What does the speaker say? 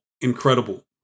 incredible